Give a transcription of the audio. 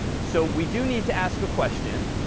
so we do need to ask a question,